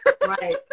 Right